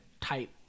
type